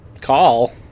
call